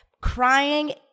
crying